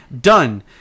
Done